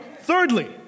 Thirdly